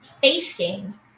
facing